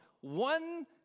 one